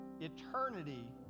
eternity